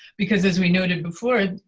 because as we noted before,